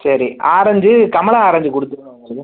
சரி ஆரஞ்சு கமலா ஆரஞ்சு கொடுத்துருங்க எங்களுக்கு